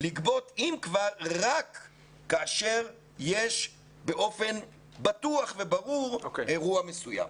רק כאשר יש באופן בטוח וברור אירוע מסוים.